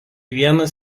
vienas